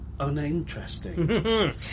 Uninteresting